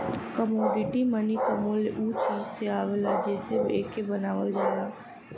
commodity money क मूल्य उ चीज से आवला जेसे एके बनावल जाला